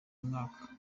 mwaka